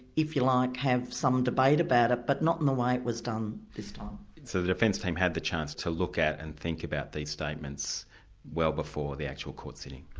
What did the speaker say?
if you like, have some debate about it, but not in the way it was done this time. so the defence team had the chance to look at and think about these statements well before the actual court sitting.